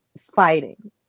fighting